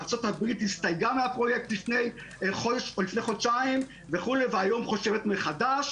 ארצות הברית הסתייגה מהפרויקט לפני חודשיים ועכשיו חושבת מחדש.